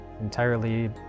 Entirely